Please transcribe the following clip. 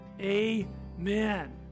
Amen